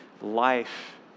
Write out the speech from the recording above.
life